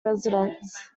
residents